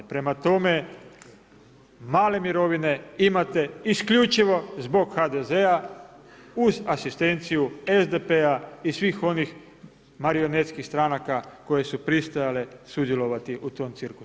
Prema tome, male mirovine imate isključivo zbog HDZ-a uz asistenciju SDP-a i svih onih marionetskih stranka koje su pristajale sudjelovati u tom cirkusu.